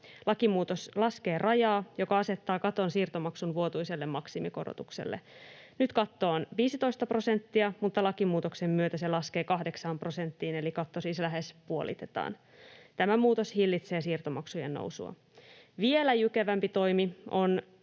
Lakimuutos laskee rajaa, joka asettaa katon siirtomaksun vuotuiselle maksimikorotukselle. Nyt katto on 15 prosenttia, mutta lakimuutoksen myötä se laskee 8 prosenttiin, eli katto siis lähes puolitetaan. Tämä muutos hillitsee siirtomaksujen nousua. Vielä jykevämpi toimi on